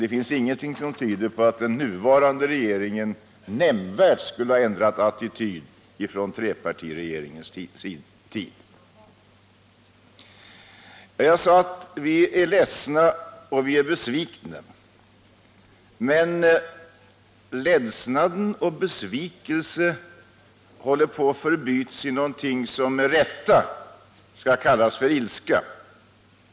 Det finns inget som tyder på att den nuvarande regeringen nämnvärt skulle ha ändrat attityd sedan trepartiregeringens tid. Vi är, som jag tidigare sagt, ledsna och besvikna, men ledsnaden och besvikelsen håller på att förbytas i något som med rätta kan kallas ilska.